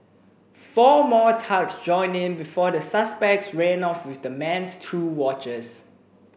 four more thugs joined in before the suspects ran off with the man's two watches